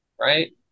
right